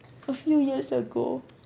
a few years ago